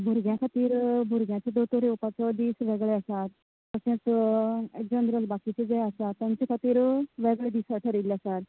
भुरग्यां खातीर भुरग्यांचो दोतोर येवपाचो दीस वेगळे आसात तशेंच जनरल बाकीचे जे आसात तांचे खातीर वेगळे दीस थरयिल्ले आसात